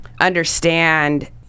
understand